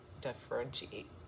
differentiate